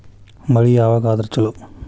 ಮಳಿ ಯಾವಾಗ ಆದರೆ ಛಲೋ?